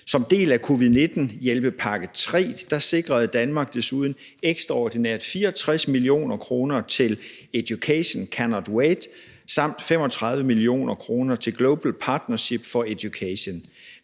Som en del af covid-19 hjælpepakke III sikrede Danmark desuden ekstraordinært 64 mio. kr. til Education Cannot Wait samt 35 mio. kr. til Global Partnership for Education.